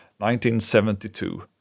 1972